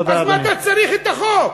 אז מה אתה צריך את החוק?